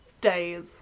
days